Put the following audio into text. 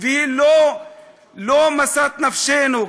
היא לא משאת נפשנו,